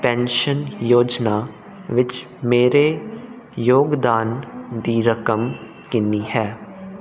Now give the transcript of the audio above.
pension ਯੋਜਨਾ ਵਿੱਚ ਮੇਰੇ ਯੋਗਦਾਨ ਦੀ ਰਕਮ ਕਿੰਨੀ ਹੈ